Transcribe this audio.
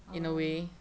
orh